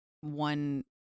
one